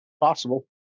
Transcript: possible